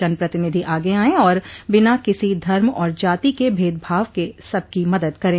जन प्रतिनिधि आगे आयें और बिना किसी धर्म और जाति क भेदभाव के सबकी मद्द करें